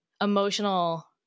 emotional